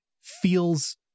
feels